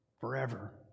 forever